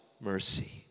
mercy